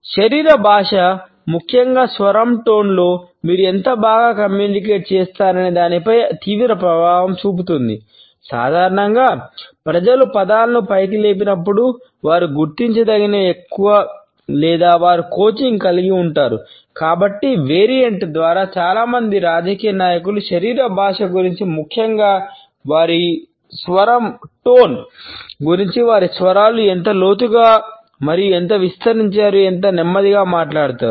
శరీర భాష ముఖ్యంగా స్వరం టోన్లో గురించి వారి స్వరాలు ఎంత లోతుగా మరియు ఎంత విస్తరించారు మరియు నెమ్మదిగా మాట్లాడుతారు